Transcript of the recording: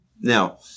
Now